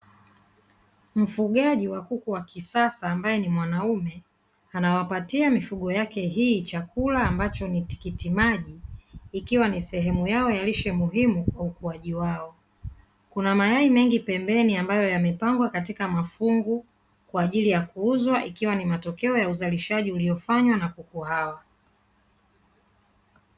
Mfugaji wa kuku wa kisasa ambaye ni mwanaume anawapatia mifugo yake hii chakula ambacho ni tikitimaji, ikiwa ni sehemu yao ya lishe muhimu kwa ukuaji wao. Kuna mayai mengi pembeni ambayo yamepangwa katika mafungu kwa ajili ya kuuzwa ikiwa ni matokeo ya uzalishaji uliofanywa na kuku hawa.